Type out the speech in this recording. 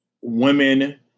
women